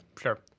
Sure